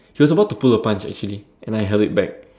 she was about to pull a punch actually and I held her back